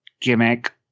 gimmick